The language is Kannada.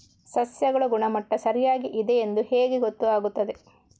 ಸಸ್ಯಗಳ ಗುಣಮಟ್ಟ ಸರಿಯಾಗಿ ಇದೆ ಎಂದು ಹೇಗೆ ಗೊತ್ತು ಆಗುತ್ತದೆ?